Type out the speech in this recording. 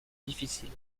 difficile